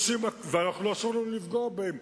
ואסור לנו לפגוע בהם.